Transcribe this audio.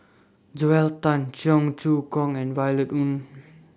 Joel Tan Cheong Choong Kong and Violet Oon